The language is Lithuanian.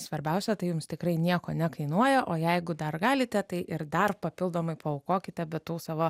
svarbiausia tai jums tikrai nieko nekainuoja o jeigu dar galite tai ir dar papildomai paaukokite be tų savo